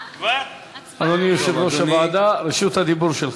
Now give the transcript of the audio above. אדוני יושב-ראש הוועדה, רשות הדיבור שלך.